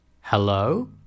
Hello